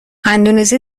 اندونزی